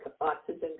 oxygen